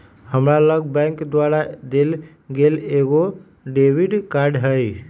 हमरा लग बैंक द्वारा देल गेल एगो डेबिट कार्ड हइ